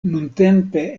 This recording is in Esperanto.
nuntempe